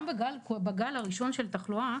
גם בגל הראשון של התחלואה,